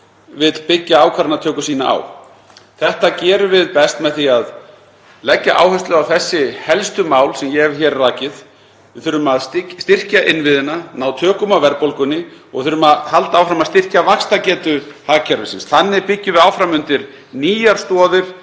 vill byggja ákvarðanatöku sína á. Þetta gerum við best með því að leggja áherslu á þessi helstu mál sem ég hef hér rakið. Við þurfum að styrkja innviðina, ná tökum á verðbólgunni og þurfum að halda áfram að styrkja vaxtargetu hagkerfisins. Þannig byggjum við áfram undir nýjar stoðir